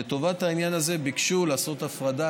לטובת העניין הזה ביקשו לעשות הפרדה,